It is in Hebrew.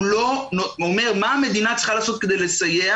הוא לא אומר מה המדינה צריכה לעשות כדי לסייע.